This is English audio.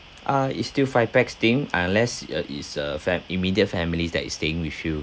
uh is still five pax thing unless uh is uh fam~ immediate families that is staying with you